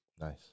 Nice